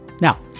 now